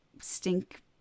stink